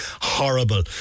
horrible